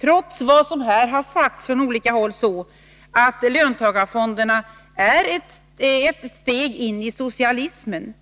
Trots vad som här har sagts från olika håll är det ju så att löntagarfonderna är ett steg in i socialismen.